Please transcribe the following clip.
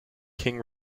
king